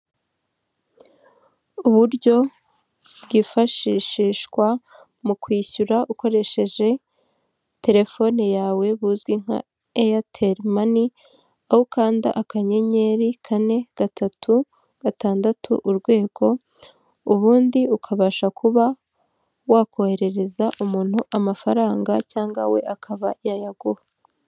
Uburyo bwifashishishwa mu kwishyura ukoresheje telefone yawe buzwi nka Eyateri mani aho ukanda akanyeri kane gatatu gatandatu urwego ubundi ukabasha kuba wakoherereza umuntu amafaranga cyangwa we akaba yayaguha.